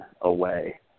away